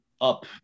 up